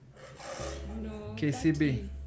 KCB